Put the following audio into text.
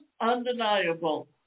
undeniable